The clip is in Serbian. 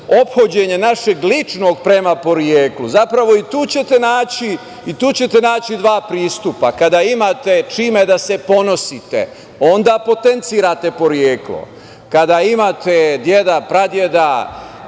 našeg ličnog prema poreklu. Zapravo, i tu ćete naći dva pristupa. Kada imate čime da se ponosite, onda potencirate poreklo. Kada imate dedu, pradedu